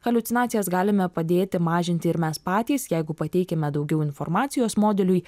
haliucinacijas galime padėti mažinti ir mes patys jeigu pateikiame daugiau informacijos modeliui